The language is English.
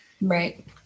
Right